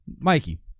Mikey